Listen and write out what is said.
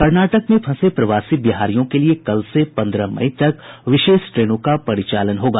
कर्नाटक में फंसे प्रवासी बिहारियों के लिये कल से पंद्रह मई तक विशेष ट्रेनों का परिचालन होगा